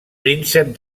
príncep